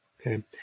Okay